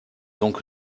donc